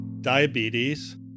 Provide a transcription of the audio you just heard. diabetes